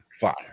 fire